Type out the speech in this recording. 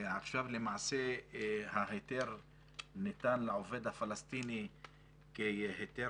למעשה ההיתר ניתן לעובד הפלסטיני כהיתר